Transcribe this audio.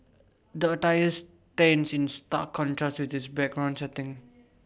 the attires stands in stark contrast with this background setting